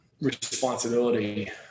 responsibility